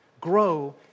Grow